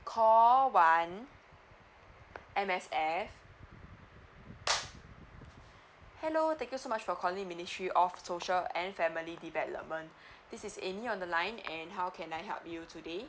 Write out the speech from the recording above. call one M_S_F hello thank you so much for calling ministry of social and family development this is amy on the line and how can I help you today